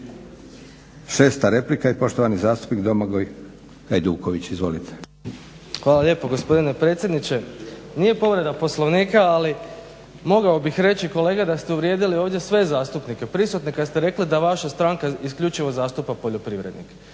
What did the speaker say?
6.replika i poštovani zastupnik Domagoj Hajduković. **Hajduković, Domagoj (SDP)** hvala lijepa gospodine predsjedniče. Nije povreda Poslovnika ali mogao bih reći kolega da ste uvrijedili ovdje sve zastupnike prisutne kada ste rekli da vaša stranka isključivo zastupa poljoprivrednike.